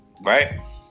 right